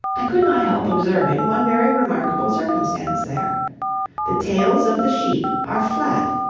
i could not help observing one very remarkable circumstance there the tails of the sheep are flat,